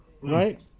right